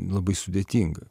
labai sudėtinga